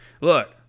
Look